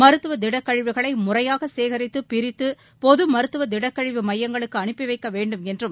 மருத்துவ திடக்கழிவுகளை முறையாக சேகரித்து பிரித்து பொது மருத்துவ திடக்கழிவு மையங்களுக்கு அனுப்பி வைக்க வேண்டும் என்றும்